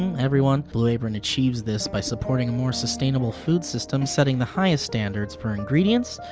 everyone blue apron achieves this by supporting a more sustainable food system setting the highest standards for ingredients.